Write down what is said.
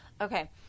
okay